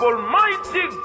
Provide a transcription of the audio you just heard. Almighty